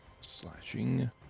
slashing